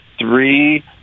three